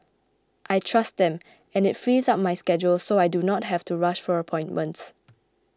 I trust them and it frees up my schedule so I do not have to rush for appointments